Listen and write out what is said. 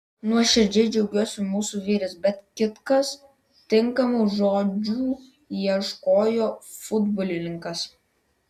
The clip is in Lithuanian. nuoširdžiai džiaugiuosi mūsų vyrais bet kitkas tinkamų žodžių ieškojo futbolininkas